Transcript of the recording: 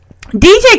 DJ